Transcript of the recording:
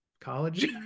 college